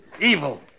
evil